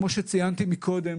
כמו שציינתי קודם,